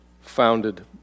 founded